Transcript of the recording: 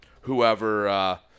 whoever –